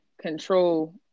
control